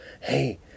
hey